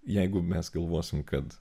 jeigu mes galvosime kad